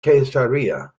caesarea